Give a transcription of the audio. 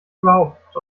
überhaupt